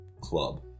club